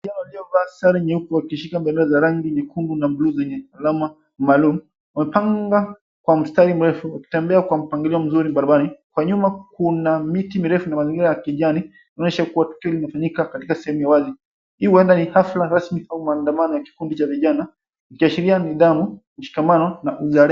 ...wamevaa sare nyupe wakishika mbele zao za rangi nyekundu na blue zenye alama maalum. Wamepanga kwa mstari mrefu wakitembea kwa mpangilio mzuri barabarani. Kwa nyuma kuna miti mirefu na mazingira ya kijani inaonyesha kuwa tukio linafanyika katika sehemu ya wazi. Huenda ni hafla rasmi au maandamano ya kikundi cha vijana ikishiria nidhamu, mshikamano na uzalendo.